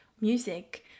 music